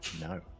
No